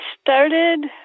started